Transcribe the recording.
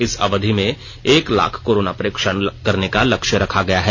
इस अवधि में एक लाख कोरोना परीक्षण करने का लक्ष्य रखा गया है